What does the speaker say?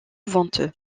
venteux